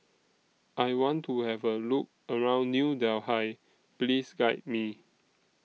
I want to Have A Look around New Delhi Please Guide Me